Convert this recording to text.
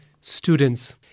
students